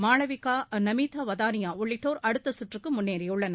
மாளவிகா நமிதா வதானியா உள்ளிட்டோர் அடுத்த சுற்றுக்கு முன்னேறியுள்ளனர்